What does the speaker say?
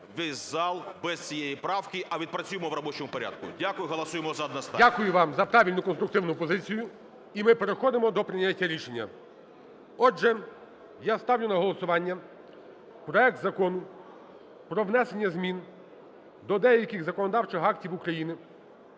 весь зал без цієї правки, а відпрацюємо в робочому порядку. Дякую. Голосуємо "за" одностайно. ГОЛОВУЮЧИЙ. Дякую вам за правильну конструктивну позицію і ми переходимо до прийняття рішення. Отже, я ставлю на голосування проект Закону про внесення змін до деяких законодавчих актів України